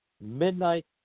midnight